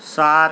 سات